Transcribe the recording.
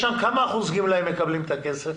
כמה אחוז גמלאים מקבלים את הכסף?